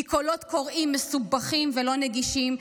היא קולות קוראים מסובכים ולא נגישים,